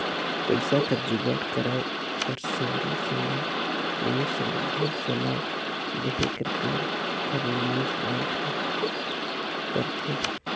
पइसा कर जुगाड़ कराए कर संघे संघे निवेस संबंधी सलाव देहे कर काम घलो निवेस बेंक हर करथे